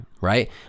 right